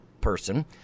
person